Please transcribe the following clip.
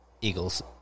Eagles